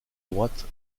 droite